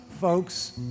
folks